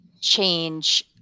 change